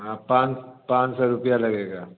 हाँ पाँच पाँच सौ रुपया लगेगा